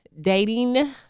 dating